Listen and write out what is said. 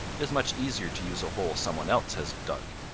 it is much easier to use a hole somebody else has dug.